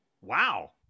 Wow